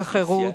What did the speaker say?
של חירות,